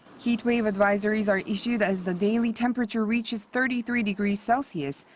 heat wave advisories are issued as the daily temperature reaches thirty three degrees celsius,